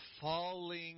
falling